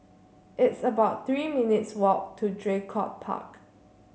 it's about Three minutes' walk to Draycott Park